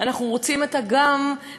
אנחנו רוצים גם וגם.